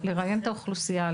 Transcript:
אוכלוסייה: לראיין את האוכלוסייה,